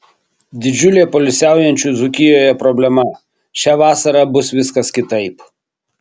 didžiulė poilsiaujančių dzūkijoje problema šią vasarą bus viskas kitaip